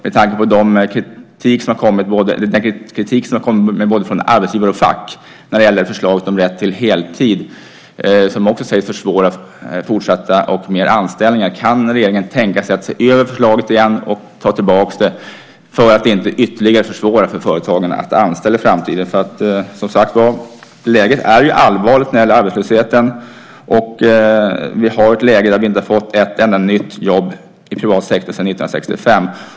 Med tanke på den kritik som har kommit från både arbetsgivare och fack när det gäller förslaget om rätt till heltid, som också sägs försvåra fortsatta och fler anställningar, undrar jag: Kan regeringen tänka sig att se över förslaget igen och ta tillbaka det för att inte ytterligare försvåra för företagarna att anställa i framtiden? Läget är, som sagt, allvarligt när det gäller arbetslösheten, och vi har ett läge där vi inte har fått ett enda nytt jobb i privat sektor sedan 1965.